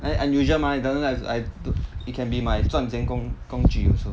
very unusual mah like it can be my 赚钱工具 also